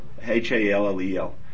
H-A-L-L-E-L